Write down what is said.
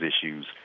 issues